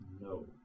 No